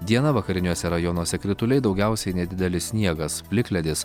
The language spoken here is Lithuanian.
dieną vakariniuose rajonuose krituliai daugiausiai nedidelis sniegas plikledis